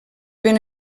ven